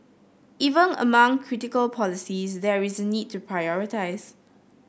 even among critical policies there is a need to prioritise